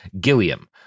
Gilliam